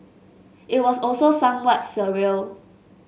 it was also somewhat surreal